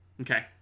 Okay